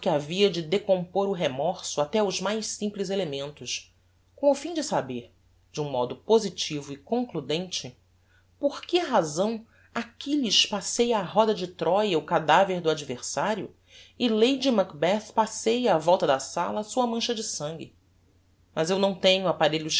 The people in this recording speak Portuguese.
havia de decompor o remorso até os mais simples elementos com o fim de saber de um modo positivo e concludente por que razão achilles passea á roda de troya o cadaver do adversario e lady macbeth passea á volta da sala a sua mancha de sangue mas eu não tenho apparelhos